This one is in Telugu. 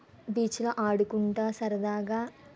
బీచ్లో ఆడుకుంటాను సరదాగా